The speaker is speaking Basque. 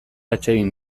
atsegin